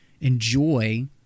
enjoy